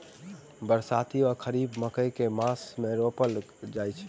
बरसाती वा खरीफ मकई केँ मास मे रोपल जाय छैय?